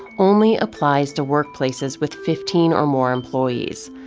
only applies to workplaces with fifteen or more employees.